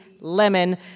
Lemon